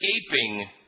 escaping